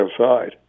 outside